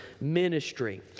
ministry